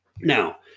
Now